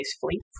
Fleet